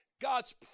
God's